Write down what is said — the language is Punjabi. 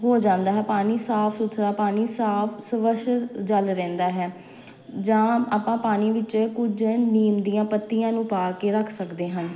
ਹੋ ਜਾਂਦਾ ਹੈ ਪਾਣੀ ਸਾਫ਼ ਸੁਥਰਾ ਪਾਣੀ ਸਾਫ਼ ਸਵੱਛ ਜਲ ਰਹਿੰਦਾ ਹੈ ਜਾਂ ਆਪਾਂ ਪਾਣੀ ਵਿੱਚ ਕੁਝ ਨੀਮ ਦੀਆਂ ਪੱਤੀਆਂ ਨੂੰ ਪਾ ਕੇ ਰੱਖ ਸਕਦੇ ਹਨ